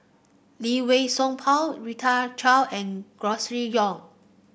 Lee Wei Song Paul Rita Chao and Grocery Yong